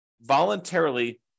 voluntarily